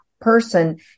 person